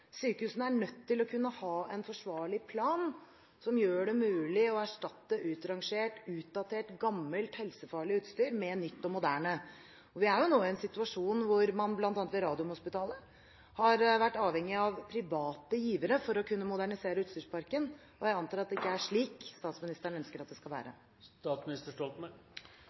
Sykehusene er nødt til å kunne ha en forsvarlig plan som gjør det mulig å erstatte utrangert, utdatert, gammelt helsefarlig utstyr med nytt og moderne utstyr. Vi er nå i en situasjon hvor man bl.a. ved Radiumhospitalet har vært avhengig av private givere for å kunne modernisere utstyrsparken. Jeg antar at det ikke er slik statsministeren ønsker at det skal være.